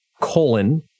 colon